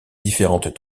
différentes